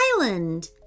island